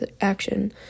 action